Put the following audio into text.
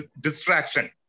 distraction